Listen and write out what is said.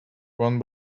one